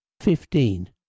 fifteen